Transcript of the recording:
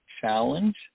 challenge